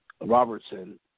Robertson